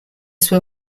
sue